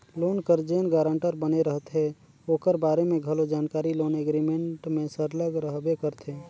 loan कर जेन guarantor बने रहथे ओकर बारे में घलो जानकारी लोन एग्रीमेंट में सरलग रहबे करथे